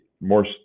more